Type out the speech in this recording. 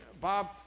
Bob